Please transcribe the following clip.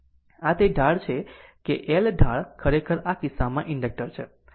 આ તે ઢાળ છે કે L ઢાળ ખરેખર આ કિસ્સામાં ઇન્ડક્ટર છે